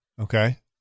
Okay